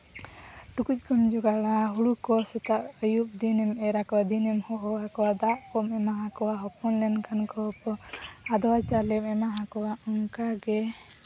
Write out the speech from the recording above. ᱴᱩᱠᱩᱪ ᱠᱚᱢ ᱡᱳᱜᱟᱲᱟ ᱦᱩᱲᱩ ᱠᱚ ᱥᱮᱛᱟᱜ ᱟᱹᱭᱩᱵ ᱫᱤᱱᱮᱢ ᱮᱨ ᱟᱠᱚᱣᱟ ᱫᱤᱱᱮᱢ ᱦᱚᱦᱚ ᱟᱠᱚᱣᱟ ᱫᱟᱜ ᱠᱚᱢ ᱮᱢᱟ ᱟᱠᱚᱣᱟ ᱦᱚᱯᱚᱱ ᱮᱱᱠᱷᱟᱱ ᱠᱚ ᱟᱫᱽᱣᱟ ᱪᱟᱣᱞᱮᱢ ᱮᱢᱟ ᱟᱠᱚᱣᱟ ᱚᱱᱠᱟᱜᱮ